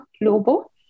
Lobo